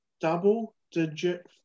double-digit